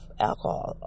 alcohol